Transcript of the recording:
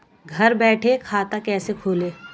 घर बैठे खाता कैसे खोलें?